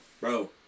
Bro